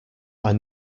are